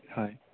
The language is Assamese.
হয়